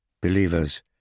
Believers